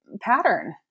pattern